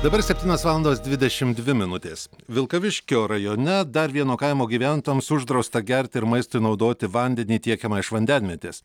dabar septynios valandos dvidešim dvi minutės vilkaviškio rajone dar vieno kaimo gyventojams uždrausta gerti ir maistui naudoti vandenį tiekiamą iš vandenvietės